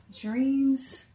Dreams